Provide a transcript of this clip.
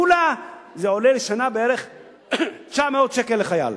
כולה זה עולה לשנה בערך 900 שקל לחייל.